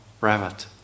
rabbit